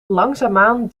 langzaamaan